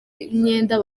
imyenda